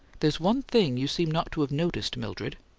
there's one thing you seem not to have noticed, mildred.